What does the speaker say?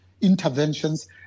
interventions